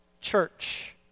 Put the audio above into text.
church